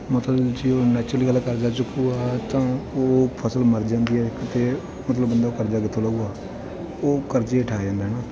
ਮਤਲਬ ਜੇ ਉਹ ਨੈਚੂਰਲੀ ਗੱਲ ਹੈ ਕਰਜ਼ਾ ਚੁੱਕੂਗਾ ਤਾਂ ਉਹ ਫ਼ਸਲ ਮਰ ਜਾਂਦੀ ਹੈ ਅਤੇ ਮਤਲਬ ਬੰਦਾ ਉਹ ਕਰਜ਼ਾ ਕਿੱਥੋਂ ਲਾਊਗਾ ਉਹ ਕਰਜ਼ੇ ਹੇਠਾਂ ਆ ਜਾਂਦਾ ਹੈ ਨਾ